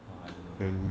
!huh! I don't know